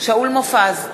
שאול מופז,